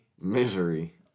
misery